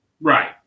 Right